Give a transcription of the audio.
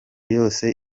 yose